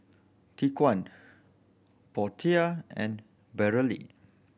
Tyquan Portia and Brielle